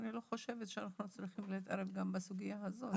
אני לא חושבת שאנחנו צריכים להתערב גם בסוגיה הזאת.